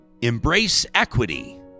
#EmbraceEquity